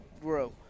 grow